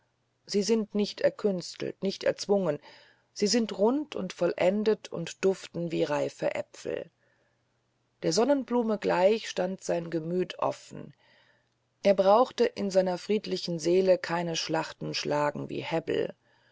sie sind nicht erkünstelt nicht erzwungen sie sind rund und vollendet und duften wie reife äpfel der sonnenblume gleich stand sein gemüt offen er brauchte in seiner friedlichen seele keine schlachten zu schlagen wie hebbel